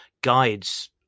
guides